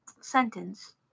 sentence